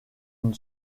une